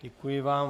Děkuji vám.